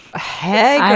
hey,